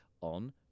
on